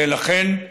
לכן,